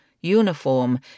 uniform